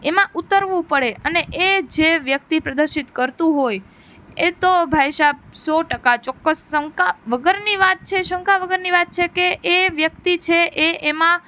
એમાં ઉતરવું પડે અને એ જે વ્યક્તિ પ્રદર્શિત કરતું હોય એ તો ભાઈ સાહેબ સો ટકા ચોક્કસ સંકા વગરની વાત છે શંકા વગરની વાત છે કે એ વ્યક્તિ છે એ એમાં